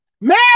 Man